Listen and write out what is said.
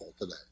today